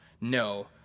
No